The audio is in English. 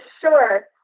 sure